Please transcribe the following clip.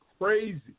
crazy